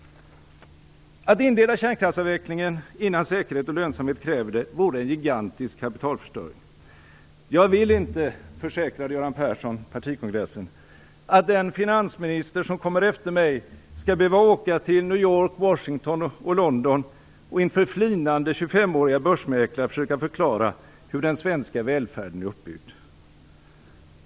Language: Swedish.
Att inleda kärnkraftsavvecklingen innan säkerhet och lönsamhet kräver det vore en gigantisk kapitalförstöring. Jag vill inte, försäkrade Göran Persson partikongressen, att den finansminister som kommer efter mig skall behöva åka till New York, Washington och London och inför flinande 25-åriga börsmäklare försöka förklara hur den svenska välfärden är uppbyggd.